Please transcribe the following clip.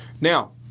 Now